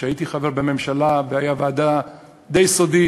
כשהייתי חבר בממשלה הייתה ועדה די סודית